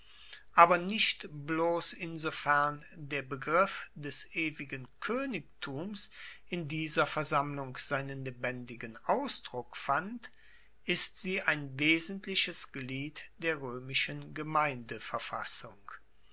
aber nicht bloss insofern der begriff des ewigen koenigtums in dieser versammlung seinen lebendigen ausdruck fand ist sie ein wesentliches glied der roemischen